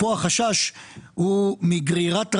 ופה החשש הוא מגרירת רגליים.